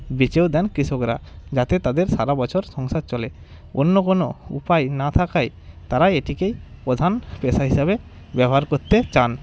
বেচেও দেন কৃষকরা যাতে তাদের সারা বছর সংসার চলে অন্য কোনো উপায় না থাকায় তারা এটিকেই প্রধান পেশা হিসেবে ব্যবহার করতে চান